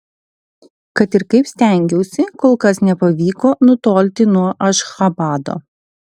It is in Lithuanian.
kad ir kaip stengiausi kol kas nepavyko nutolti nuo ašchabado